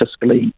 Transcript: fiscally